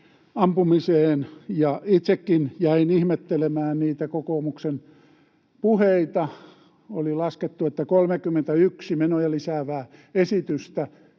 ampumiseen, ja itsekin jäin ihmettelemään niitä kokoomuksen puheita. Oli laskettu, että 31 menoja lisäävää esitystä